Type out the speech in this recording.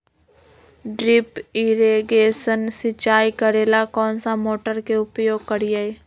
Drip irrigation सिंचाई करेला कौन सा मोटर के उपयोग करियई?